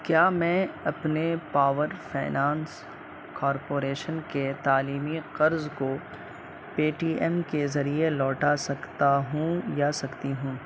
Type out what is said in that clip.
کیا میں اپنے پاور فینانس کارپوریشن کے تعلیمی قرض کو پے ٹی ایم کے ذریعے لوٹا سکتا ہوں یا سکتی ہوں